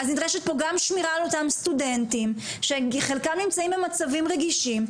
אז נדרשת פה גם שמירה על אותם סטודנטים שחלקם נמצאים במצבים רגישים,